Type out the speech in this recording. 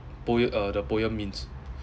poem uh the poem means